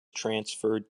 transferred